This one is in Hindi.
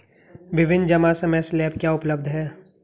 विभिन्न जमा समय स्लैब क्या उपलब्ध हैं?